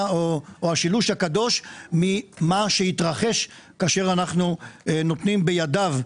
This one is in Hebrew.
או השילוש הקדוש ממה שיתרחש כאשר אנחנו נותנים בידיו,